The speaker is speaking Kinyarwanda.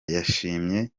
yashimye